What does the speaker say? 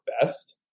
best